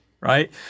Right